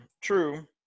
True